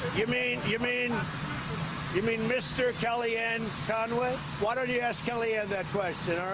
you mean you mean you mean, mr. kellyanne conway? why don't you ask kellyanne that question, ah